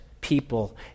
people